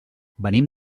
venim